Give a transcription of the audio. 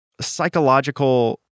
psychological